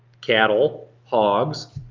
cattle, hogs,